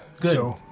Good